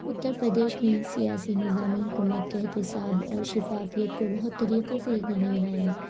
اتر پردیش میں سیاسی نظام حکومت کے احتساب اور شفافیت کو بہت طریقوں سے یقینی بنایا